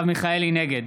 נגד